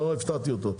לא הפתעתי אותו.